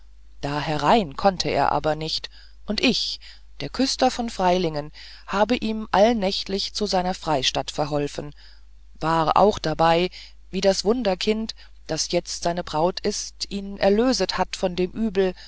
da herein konnte er aber nicht und ich der küster von freilingen habe ihm allnächtlich zu seiner freistatt verholfen war auch dabei wie das wunderkind das jetzt seine braut ist ihn erlöset hat von dem übel